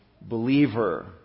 believer